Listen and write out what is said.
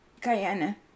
Guyana